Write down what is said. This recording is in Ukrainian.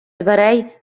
дверей